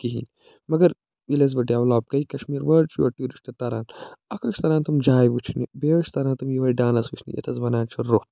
کِہیٖنۍ مگر ییٚلہِ حظ وٕ ڈیولَپ گٔے کَشمیٖر وٕ حظ چھِ یور ٹوٗرِشٹ تران اَکھ حظ چھِ تران تِم جاے وُچھِنہِ بیٚیہِ حظ چھِ تران تِم یِمٕے ڈانَس وٕچھنہِ یَتھ حظ وَنان چھِ روٚف